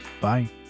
Bye